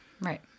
Right